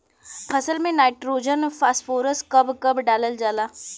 फसल में nitrogen phosphorus कब कब डालल जाला?